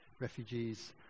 refugees